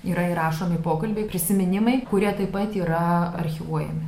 yra įrašomi pokalbiai prisiminimai kurie taip pat yra archyvuojami